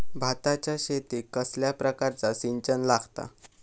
भाताच्या शेतीक कसल्या प्रकारचा सिंचन लागता?